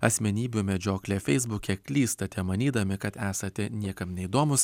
asmenybių medžioklė feisbuke klystate manydami kad esate niekam neįdomūs